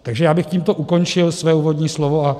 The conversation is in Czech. Takže já bych tímto ukončil své úvodní slovo.